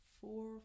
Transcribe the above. four